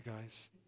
guys